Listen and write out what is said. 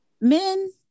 men